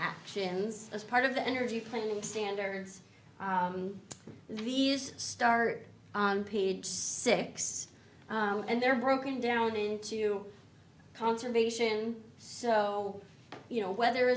actions as part of the energy planning standards these start on page six and they're broken down into conservation so you know whether